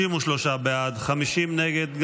33 בעד, 50 נגד.